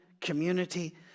community